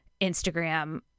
Instagram